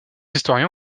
historiens